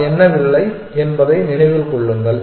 நாம் எண்ணவில்லை என்பதை நினைவில் கொள்ளுங்கள்